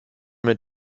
mit